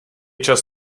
čas